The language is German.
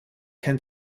kein